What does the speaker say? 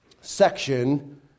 section